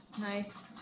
Nice